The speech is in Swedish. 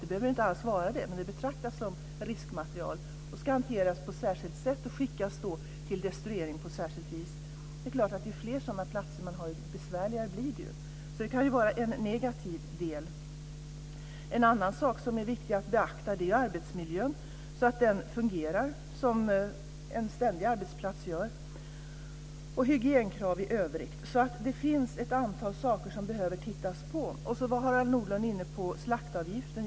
Det behöver inte alls vara farligt, men det betraktas som riskmaterial och ska hanteras på särskilt sätt och skickas till destruering på särskilt vis. Det kan vara en negativ del. En annan sak som är viktig att beakta är arbetsmiljön, så att den fungerar som en ständig arbetsplats gör. Det gäller också hygienkrav i övrigt. Det finns ett antal saker som behöver tittas på. Harald Nordlund var inne på slaktavgiften.